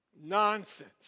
Nonsense